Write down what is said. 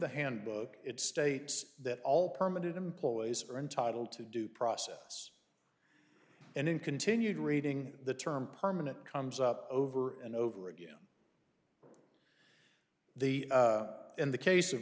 the handbook it states that all permanent employees are entitled to due process and then continued reading the term permanent comes up over and over again the in the case of